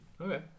Okay